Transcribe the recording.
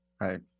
Right